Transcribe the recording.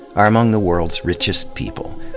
are among the world's richest people,